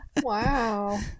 Wow